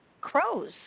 crows